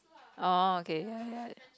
orh okay ya ya